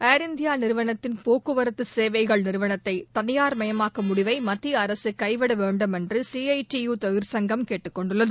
ஏர் India நிறுவனத்தின் போக்குவரத்து சேவைகள் நிறுவனத்தை தனியா்மயமாக்கும் முடிவை மத்திய அரசு கைவிட வேண்டும் என்று சி ஐ டி யு தொழிற்சங்கம் கேட்டுக்கொண்டுள்ளது